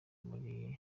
muri